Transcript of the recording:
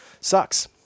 sucks